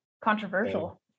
Controversial